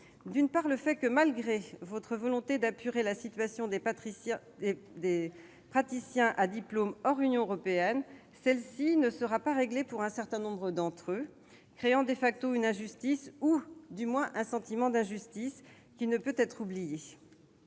D'une part, malgré votre volonté d'apurer la situation des praticiens à diplôme hors Union européenne, celle-ci ne sera pas réglée pour un certain nombre d'entre eux, ce qui créera une injustice ou du moins un sentiment d'injustice qui ne peut être oublié.